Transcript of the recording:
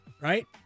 right